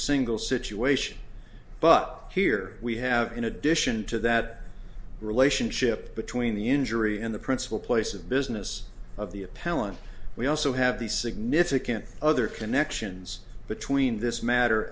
single situation but here we have in addition to that relationship between the injury and the principal place of business of the appellant we also have the significant other connections between this matter